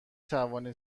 توانید